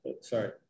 Sorry